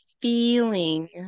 feeling